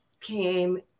came